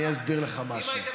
אני אסביר לך משהו,